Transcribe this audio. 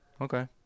Okay